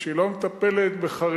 או שהיא לא מטפלת בחרדים,